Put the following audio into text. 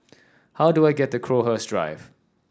how do I get to Crowhurst Drive